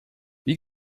wie